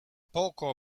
poco